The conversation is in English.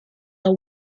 are